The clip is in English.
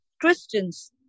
Christians